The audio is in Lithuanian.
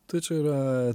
tai čia yra